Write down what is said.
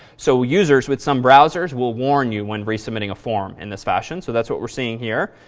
so users with some browsers will warn you when resubmitting a form in this fashion. so that's what we're seeing here.